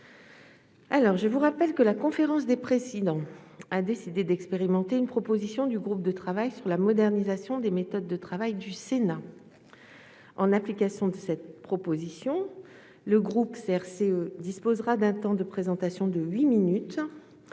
?». Je vous rappelle que la conférence des présidents a décidé d'expérimenter une proposition du groupe de travail sur la modernisation des méthodes de travail du Sénat. En application de cette proposition, le groupe CRCE disposera d'un temps de présentation de huit minutes.